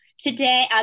today